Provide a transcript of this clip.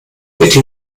mitte